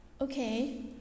okay